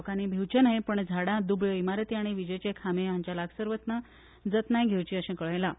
लोकांनी भिवचे न्हय पूण झाडां दुबळ्यो इमारती आनी विजेचे खामे हांच्या लागसार वतना जतनाय घेवची अशें कळयलां